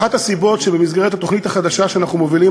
אחת הסיבות שבמסגרת התוכנית החדשה שאנחנו מובילים